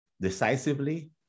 decisively